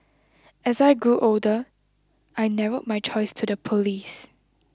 as I grew older I narrowed my choice to the police